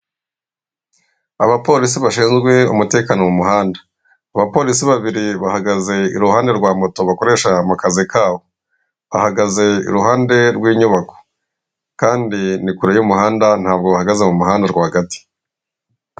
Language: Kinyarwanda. Abapolisi bashinzwe umutekano mu muhanda, abapolisi babiri bahagaze iruhande rwa moto bakoreshaga mu akazi kabo, bahagaze iruhande rw'inyubako kandi ni kure y'umuhanda ntabwo bahagaze mu muhanda rwagati.